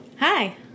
Hi